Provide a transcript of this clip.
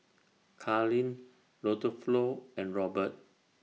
Karlene Rodolfo and Robert